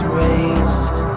raised